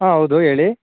ಹಾಂ ಹೌದು ಹೇಳಿ